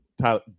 Tyler